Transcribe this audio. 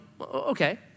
okay